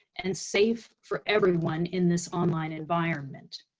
and safe for everyone in this online environment.